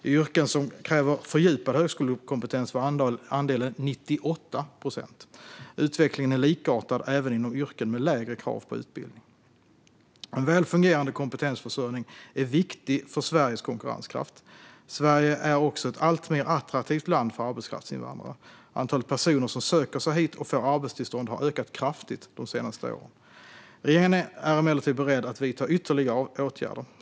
I yrken som kräver fördjupad högskolekompetens var andelen 98 procent. Utvecklingen är likartad även inom yrken med lägre krav på utbildning. En väl fungerande kompetensförsörjning är viktig för Sveriges konkurrenskraft. Sverige är också ett alltmer attraktivt land för arbetskraftsinvandrare. Antalet personer som söker sig hit och får arbetstillstånd har ökat kraftigt de senaste åren. Regeringen är emellertid beredd att vidta ytterligare åtgärder.